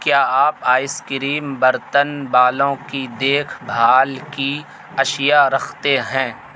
کیا آپ ice cream برتن بالوں کی دیکھ بھال کی اشیاء رکھتے ہیں